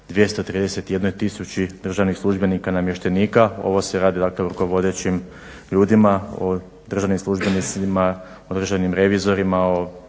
231000 državnih službenika, namještenika. Ovo se radi, dakle o rukovodećim ljudima, o državnim službenicima, o državnim revizorima,